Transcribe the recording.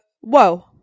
whoa